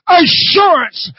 assurance